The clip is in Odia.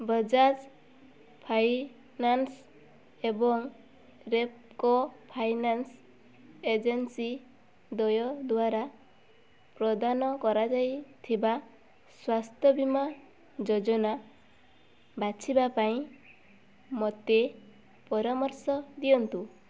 ବଜାଜ ଫାଇନାନ୍ସ୍ ଏବଂ ରେପ୍କୋ ଫାଇନାନ୍ସ୍ ଏଜେନ୍ସି ଦ୍ୱୟ ଦ୍ଵାରା ପ୍ରଦାନ କରାଯାଇଥିବା ସ୍ୱାସ୍ଥ୍ୟ ବୀମା ଯୋଜନା ବାଛିବା ପାଇଁ ମୋତେ ପରାମର୍ଶ ଦିଅନ୍ତୁ